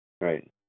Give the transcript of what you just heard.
Right